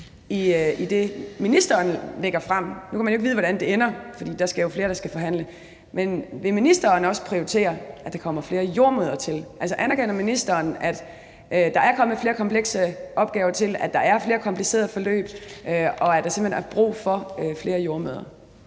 bare stille et spørgsmål. Nu kan man jo ikke vide, hvordan det ender, fordi der er flere, der skal forhandle, men vil ministeren i det, som ministeren lægger frem, også prioritere, at der kommer flere jordemødre? Altså, anerkender ministeren, at der er kommet flere komplekse opgaver til, at der er flere komplicerede forløb, og at der simpelt hen er brug for flere jordemødre?